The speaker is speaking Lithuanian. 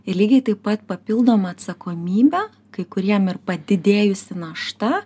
ir lygiai taip pat papildoma atsakomybė kai kuriem ir padidėjusi našta